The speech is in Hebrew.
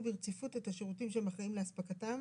ברציפות את השירותים שהם אחראים לאספקתם,